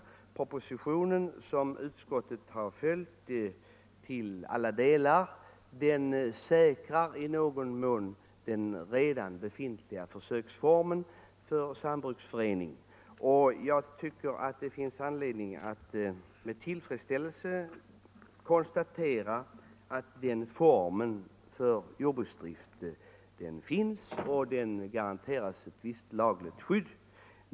Den proposition som utskottet har följt till alla delar säkrar i någon mån den redan befintliga försöksformen för sambruksförening. Man kan med tillfredsstäl lelse konstatera att den formen för jordbruksdrift finns och garanteras ett visst lagligt skydd.